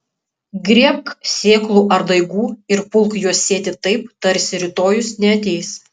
griebk sėklų ar daigų ir pulk juos sėti taip tarsi rytojus neateis